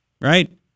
right